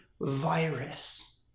virus